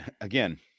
again